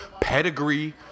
pedigree